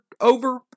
over